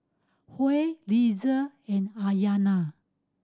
Huy Lizzie and Ayanna